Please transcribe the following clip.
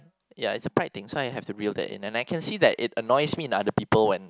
ya is a pride thing so I have to wield it in and I can see that it annoys me the other people when